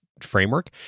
framework